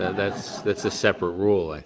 that's that's a separate rule, i